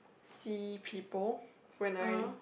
see people when I